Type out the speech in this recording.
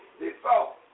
default